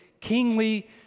kingly